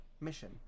mission